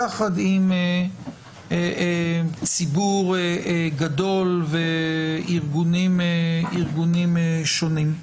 יחד עם ציבור גדול וארגונים שונים.